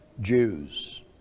Jews